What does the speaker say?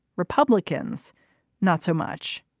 republicans not so much.